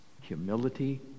humility